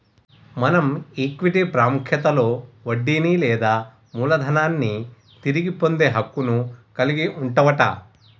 మనం ఈక్విటీ పాముఖ్యతలో వడ్డీని లేదా మూలదనాన్ని తిరిగి పొందే హక్కును కలిగి వుంటవట